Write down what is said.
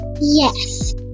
Yes